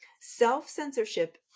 self-censorship